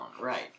Right